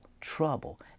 trouble